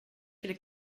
viele